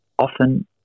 Often